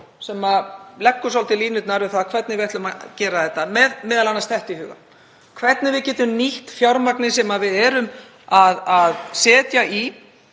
sem leggur svolítið línurnar um það hvernig við ætlum að gera þetta, m.a. með þetta í huga, hvernig við getum nýtt fjármagnið sem við erum að setja í